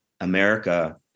America